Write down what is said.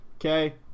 Okay